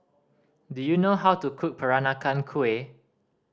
do you know how to cook Peranakan Kueh